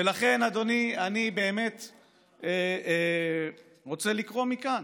ולכן, אדוני, אני רוצה לקרוא מכאן: